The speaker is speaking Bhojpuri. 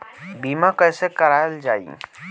बीमा कैसे कराएल जाइ?